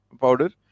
powder